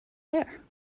there